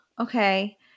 okay